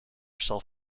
self